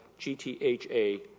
GTHA